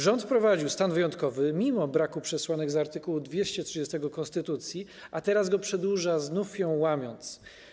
Rząd wprowadził stan wyjątkowy mimo braku przesłanek z art. 230 konstytucji, a teraz go przedłuża, znów ją łamiąc.